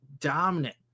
dominant